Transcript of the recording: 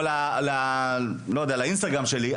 או לא יודע לאינסטגרם שלי,